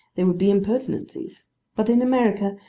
they would be impertinencies but in america,